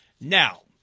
now